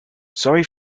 sorry